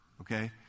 okay